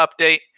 update